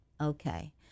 Okay